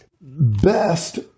best